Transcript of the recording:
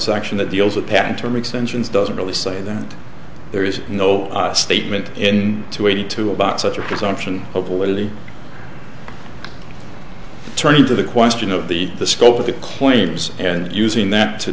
section that deals with patent term extensions doesn't really say that there is no statement in two eighty two about such a presumption hopefully turning to the question of the scope of the claims and using that to